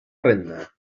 renda